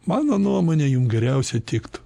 mano nuomone jum geriausia tiktų